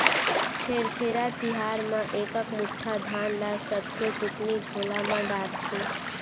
छेरछेरा तिहार म एकक मुठा धान ल सबके टुकनी झोला म डारथे